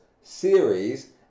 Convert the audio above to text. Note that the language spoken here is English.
series